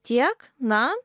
tiek na